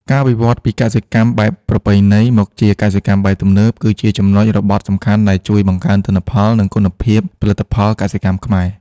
ការវិវត្តន៍ពីកសិកម្មបែបប្រពៃណីមកជាកសិកម្មបែបទំនើប គឺជាចំណុចរបត់សំខាន់ដែលជួយបង្កើនទិន្នផល និងគុណភាពផលិតផលកសិកម្មខ្មែរ។